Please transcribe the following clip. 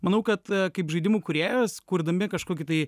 manau kad kaip žaidimų kūrėjas kurdami kažkokį tai